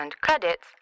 credits